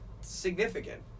significant